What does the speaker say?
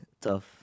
tough